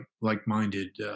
like-minded